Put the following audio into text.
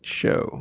show